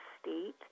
state